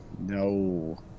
No